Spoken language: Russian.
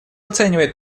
оценивает